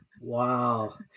Wow